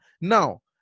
Now